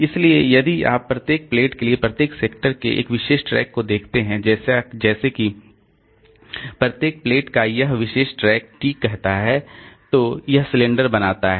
इसलिए यदि आप प्रत्येक प्लेट के लिए प्रत्येक सेक्टर के एक विशेष ट्रैक को देखते हैं जैसे कि प्रत्येक प्लेट का यह विशेष ट्रैक T कहता है तो वह सिलेंडर बनाता है